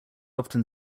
often